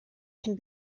can